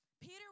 Peter